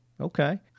Okay